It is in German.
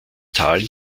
tal